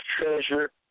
treasure